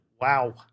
Wow